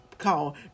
Call